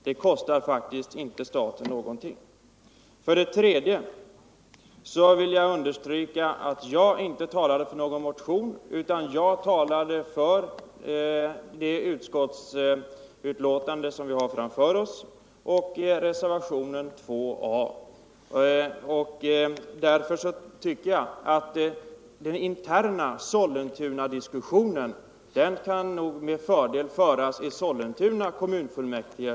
Det kostar faktiskt inte staten någonting. För det tredje vill jag understryka att jag inte talade för någon motion utan för det utskottsbetänkande som vi har framför oss och för reservationen 2 a. Därför tycker jag att den interna Sollentunadiskussionen med fördel kan föras i Sollentuna kommunfullmäktige.